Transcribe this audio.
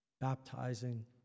baptizing